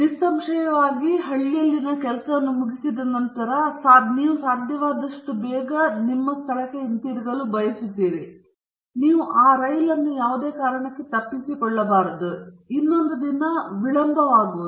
ನಿಸ್ಸಂಶಯವಾಗಿ ಹಳ್ಳಿಯಲ್ಲಿನ ಕೆಲಸವನ್ನು ಮುಗಿಸಿದ ನಂತರ ನೀವು ಸಾಧ್ಯವಾದಷ್ಟು ಹಿಂದೆಯೇ ನಿಮ್ಮ ಸ್ಥಳಕ್ಕೆ ಹಿಂತಿರುಗಲು ಬಯಸುತ್ತೀರಿ ಮತ್ತು ನೀವು ಆ ರೈಲನ್ನು ತಪ್ಪಿಸಿಕೊಳ್ಳಬಾರದು ಮತ್ತು ಇನ್ನೊಂದು ದಿನ ವಿಳಂಬವಾಗುವುದು